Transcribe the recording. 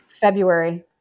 February